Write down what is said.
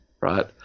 right